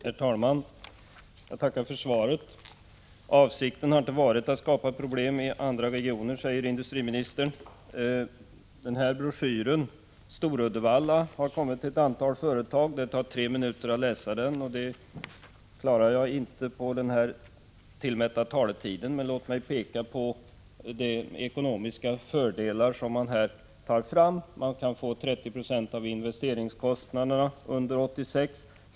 Herr talman! Jag tackar för svaret. Avsikten har inte varit att skapa problem i andra kommuner, säger industriministern. Den broschyr som jag här har i min hand, ”Stor Uddevalla”, har sänts ut till ett antal företag. Det tar tre minuter att läsa den, och det klarar jag inte på den tillmätta taletiden. Men låt mig peka på de ekonomiska fördelar som man redogör för i broschyren. Man kan få 30 96 av investeringskostnaderna under 1986.